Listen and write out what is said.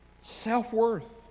Self-worth